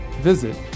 visit